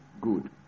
good